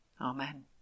Amen